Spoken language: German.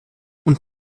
und